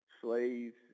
Slaves